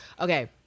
Okay